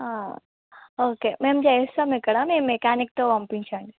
okay మేము చేస్తాము ఇక్కడా మీరు మెకానిక్తో పంపించండి